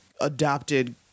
adopted